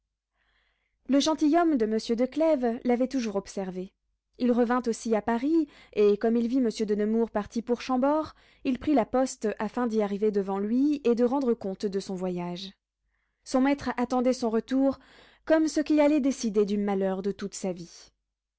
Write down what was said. monsieur de nemours parti pour chambord il prit la poste afin d'y arriver devant lui et de rendre compte de son voyage son maître attendait son retour comme ce qui allait décider du malheur de toute sa vie